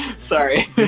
Sorry